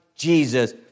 Jesus